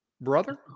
Brother